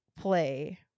play